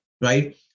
Right